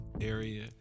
area